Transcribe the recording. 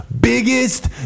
biggest